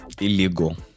Illegal